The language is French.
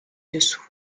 dessous